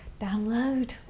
download